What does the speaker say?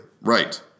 Right